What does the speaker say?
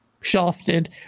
shafted